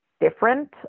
different